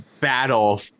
battle